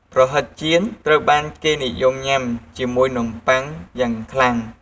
ប្រហិតចៀនត្រូវបានគេនិយមញ៉ាំជាមួយនំប៉ុងយ៉ាងខ្លាំង។